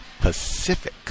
Pacific